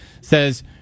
says